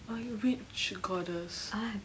uh which goddess